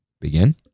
begin